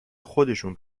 خودشون